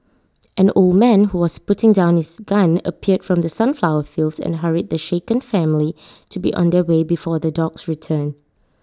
an old man who was putting down his gun appeared from the sunflower fields and hurried the shaken family to be on their way before the dogs return